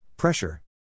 Pressure